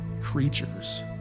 creatures